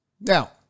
Now